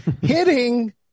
hitting